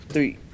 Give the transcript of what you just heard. Three